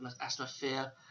atmosphere